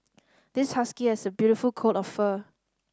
this husky has a beautiful coat of fur